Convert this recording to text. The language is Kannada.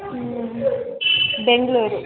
ಹ್ಞೂ ಬೆಂಗಳೂರು